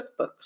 cookbooks